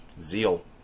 zeal